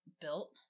built